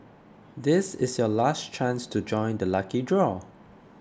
this is your last chance to join the lucky draw